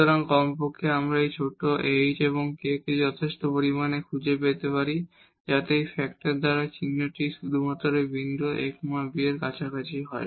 সুতরাং কমপক্ষে আমরা এখানে ছোট h এবং k কে যথেষ্ট পরিমাণে খুঁজে পেতে পারি যাতে এই ফ্যাক্টর দ্বারা চিহ্নটি শুধুমাত্র এই বিন্দুর a b কাছাকাছি হয়